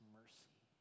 mercy